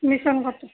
mission ଗଛ